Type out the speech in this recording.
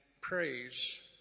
praise